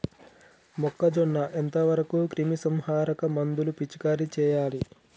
మొక్కజొన్న ఎంత వరకు క్రిమిసంహారక మందులు పిచికారీ చేయాలి?